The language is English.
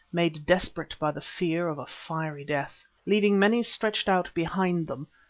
made desperate by the fear of a fiery death. leaving many stretched out behind them,